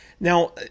Now